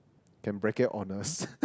can bracket honours